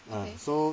ah so